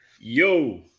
Yo